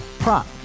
Prop